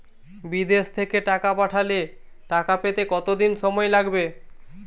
বিদেশ থেকে টাকা পাঠালে টাকা পেতে কদিন সময় লাগবে?